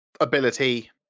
ability